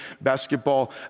basketball